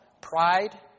pride